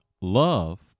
Love